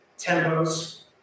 tempos